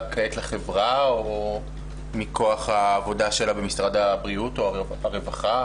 כעת לחברה או מכוח העבודה שלה במשרד הבריאות או הרווחה,